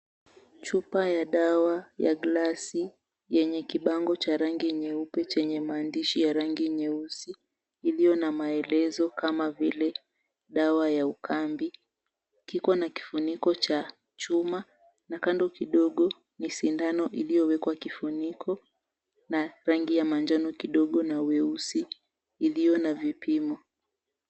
Chupa ya dawa ya glasi yenye kibango cha rangi nyeupe chenye maandishi ya rangi nyeusi iliyo na maelezo kama vile dawa ya ukambi, kikiwa na kifuniko cha chuma, na kando kidogo ni sindano iliyowekwa kifuniko na rangi ya manjano kidogo na weusi iliyo na vipimo.